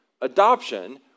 Adoption